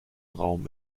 raum